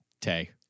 Tay